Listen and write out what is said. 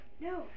no